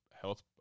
health